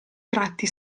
tratti